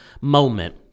moment